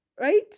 Right